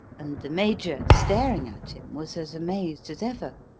and the major, staring at him, was as amazed as ever.